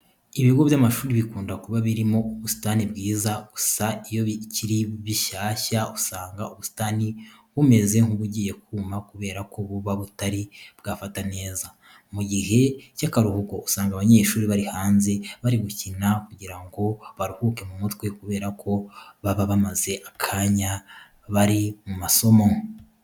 Ibigo by'amashuri bikunda kuba birimo ubusitani bwiza gusa iyo bikiri bishyashya usanga ubusitani bumeze nk'ubugiye kuma kubera ko buba butari bwafata neza. Mu gihe cy'akaruhuko usanga abanyeshuri bari hanze bari gukina kugira ngo baruhuke mu mutwe kubera ko baba bamaze akanya bari mu masomo.